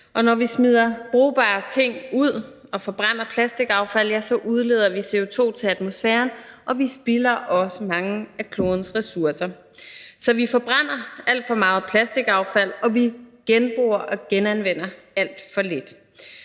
og når vi smider brugbare ting ud og forbrænder plastikaffald, udleder vi CO2 til atmosfæren, og vi spilder også mange af klodens ressourcer. Så vi forbrænder alt for meget plastikaffald, og vi genbruger og genanvender alt for lidt.